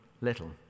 little